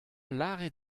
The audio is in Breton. lavaret